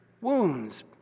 wounds